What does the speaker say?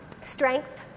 Strength